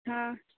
हँ